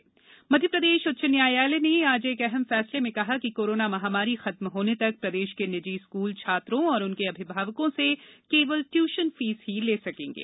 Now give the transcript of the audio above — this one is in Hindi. स्कूल फीस मध्यप्रदेश उच्च न्यायालय ने आज एक अहम फैसले में कहा कि कोरोना महामारी खत्म होने तक प्रदेश के निजी स्कूल छात्रों और उनके अभिभावकों से केवल ट्यूशन फीस ही ले सकेंगे